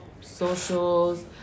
socials